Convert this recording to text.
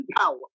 power